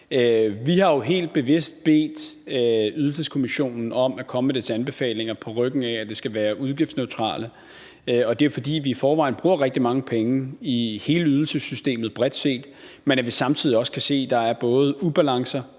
Vi har jo helt bevidst bedt Ydelseskommissionen om at komme med dets anbefalinger, på ryggen af at de skal være udgiftsneutrale, og det er, fordi vi i forvejen bruger rigtig mange penge i hele ydelsessystemet bredt set, men at vi samtidig også kan se, at der både er ubalancer,